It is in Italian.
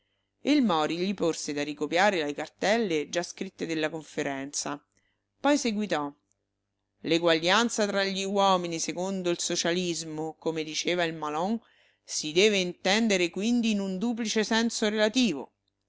il mori gli porse da ricopiare le cartelle già scritte della conferenza poi seguitò l'eguaglianza tra gli uomini secondo il socialismo come diceva il malon si deve intendere quindi in un duplice senso relativo